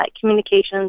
communications